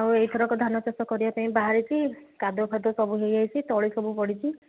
ଆଉ ଏଇଥରକ ଧାନଚାଷ କରିବା ପାଇଁ ବାହାରିଛି କାଦୁଅ ଫାଦୁଅ ସବୁ ହେଇ ଯାଇଛି ତଳି ସବୁ ପଡ଼ିଛି